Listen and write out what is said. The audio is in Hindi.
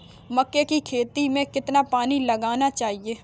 मक्के की खेती में कितना पानी लगाना चाहिए?